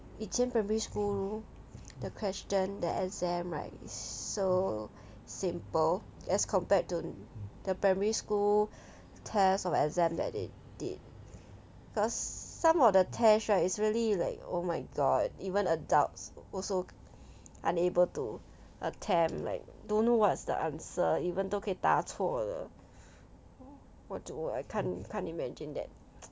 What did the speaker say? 以前 primary school the question the exam right so simple as compared to the primary school test of exam that it did cause some of the tests right is really like oh my god even adults also unable to attempt like don't know what's the answer even 都可以答错了 can't can't imagine that